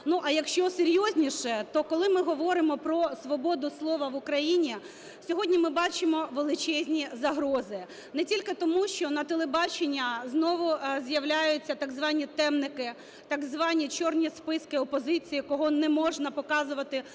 А якщо серйозніше, то, коли ми говоримо про свободу слова в Україні, сьогодні ми бачимо величезні загрози. Не тільки тому, що на телебаченні знову з'являються так званні "темники", так звані "чорні списки опозиції", кого не можна показувати по